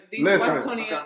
Listen